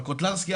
אבל קוטלנסקי,